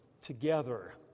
together